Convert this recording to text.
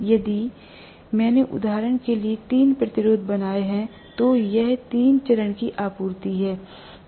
यदि मैंने उदाहरण के लिए तीन प्रतिरोध बनाए हैं तो यह तीन चरण की आपूर्ति है